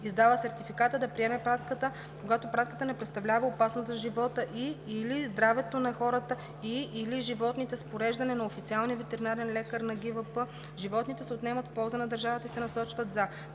издала сертификата, да приеме пратката, когато пратката не представлява опасност за живота и/или здравето на хората, и/или животните, с разпореждане на официалния ветеринарен лекар на ГИВП животните се отнемат в полза на държавата и се насочват за: